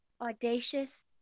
Audacious